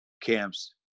camps